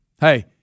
Hey